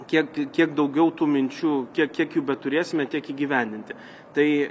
kiek kiek daugiau tų minčių kiek kiek jų beturėsime tiek įgyvendinti tai